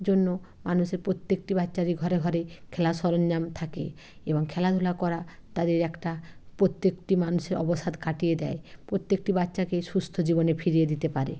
জন্য মানুষের প্রত্যেকটি বাচ্চারই ঘরে ঘরে খেলা সরঞ্জাম থাকে এবং খেলাধূলা করা তাদের একটা প্রত্যেকটি মানুষের অবসাদ কাটিয়ে দেয় প্রত্যেকটি বাচ্চাকে সুস্থ জীবনে ফিরিয়ে দিতে পারে